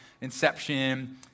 Inception